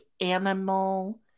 animal